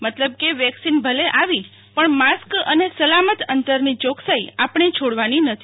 મતલબ કે વેક્સિન ભલે આવી પણ માસ્ક અને સલામત અંતરની ચોકસાઇ આપણે છોડવાની નથી